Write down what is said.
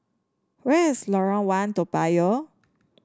where is Lorong One Toa Payoh